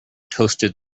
toasted